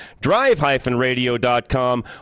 drive-radio.com